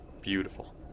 Beautiful